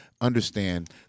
understand